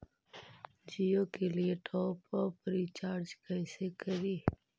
जियो के लिए top up recharge कैसे करी?